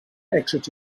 exited